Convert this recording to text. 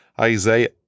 Isaiah